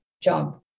job